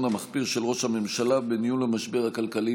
משבר,